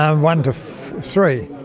um one to three,